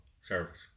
service